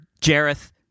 Jareth